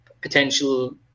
potential